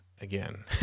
again